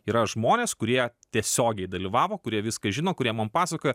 yra žmonės kurie tiesiogiai dalyvavo kurie viską žino kurie man pasakojo